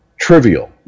trivial